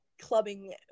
clubbing